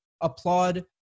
applaud